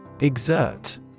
Exert